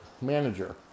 manager